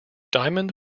diamond